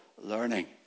learning